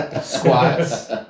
squats